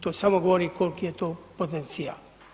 To samo govori koliki je to potencijal.